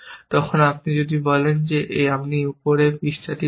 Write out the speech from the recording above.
তখন আপনি যদি বলেন আমি প্রথমে উপরের পৃষ্ঠটি করব